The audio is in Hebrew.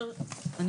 לא על זה דיברתי.